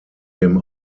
dem